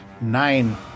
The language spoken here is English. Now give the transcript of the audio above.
Nine